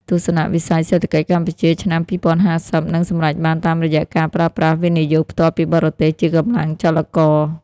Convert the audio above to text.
ទស្សនវិស័យសេដ្ឋកិច្ចកម្ពុជាឆ្នាំ ២០៥០ នឹងសម្រេចបានតាមរយៈការប្រើប្រាស់ វិនិយោគផ្ទាល់ពីបរទេស ជាកម្លាំងចលករ។